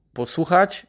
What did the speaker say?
posłuchać